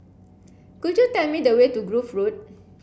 could you tell me the way to Grove Road